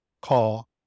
call